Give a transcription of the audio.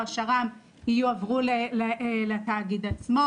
או השר"מ יועברו לתאגיד עצמו?